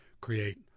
create